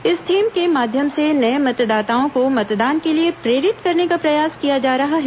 इस थीम के माध्यम से नए मतदाताओं को मतदान के लिए प्रेरित करने का प्रयास किया जा रहा है